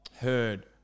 heard